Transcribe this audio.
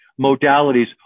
modalities